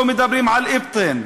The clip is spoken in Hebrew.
לא מדברים על אבטין,